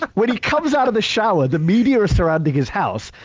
when he comes out of the shower, the media are surrounding his house,